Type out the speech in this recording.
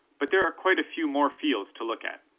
but there are quite a few more fields to look at.